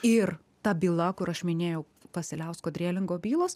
ir ta byla kur aš minėjau vasiliausko drėlingo bylos